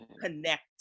connect